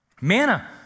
Manna